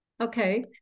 okay